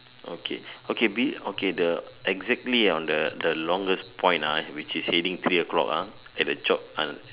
okay okay be okay the exactly ah on the the longest point ah which is heading three o-clock ah have a job done